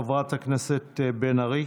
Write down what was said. חברת הכנסת בן ארי.